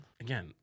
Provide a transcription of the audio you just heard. Again